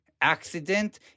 accident